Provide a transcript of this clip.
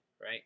right